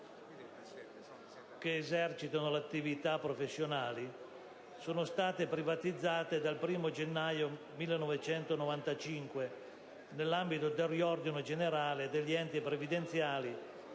che esercitano attività professionali, sono state privatizzate dal 1° gennaio 1995, nell'ambito del riordino generale degli enti previdenziali